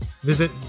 Visit